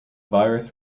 virus